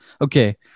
Okay